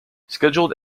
scheduled